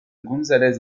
gonzalez